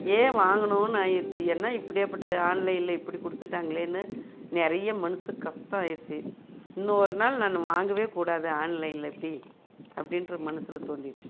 ஏன் வாங்கினோனு ஆகிருச்சு ஏன்னால் இப்படியாகப்பட்ட ஆன்லைனில் இப்படி கொடுத்துட்டாங்களேனு நிறைய மனசு கஷ்டம் ஆகிடுச்சி இன்னும் ஒரு நாள் நான் வாங்கவே கூடாது ஆன்லைனில் இப்படி அப்படின்ற மனசில் தோனிடுச்சு